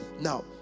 now